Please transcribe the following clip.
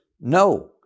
No